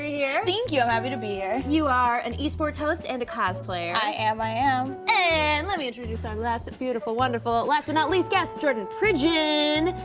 you're here. yeah thank you, i'm happy to be here. you are an esports host and a cosplayer. i am, i am. and lemme introduce our last beautiful, wonderful, last but not least guest, jordan pridgen!